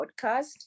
podcast